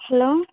hello